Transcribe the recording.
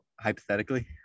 Hypothetically